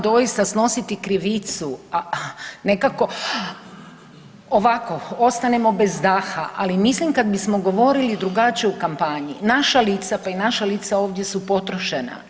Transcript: Doista snositi krivicu nekako ovako ostanemo bez daha, ali mislim kada bismo govorili drugačije u kampanji naša lica, pa i naša lica ovdje su potrošena.